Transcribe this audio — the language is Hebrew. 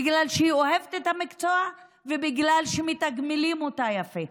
בגלל שהיא אוהבת את המקצוע ובגלל שמתגמלים אותה יפה.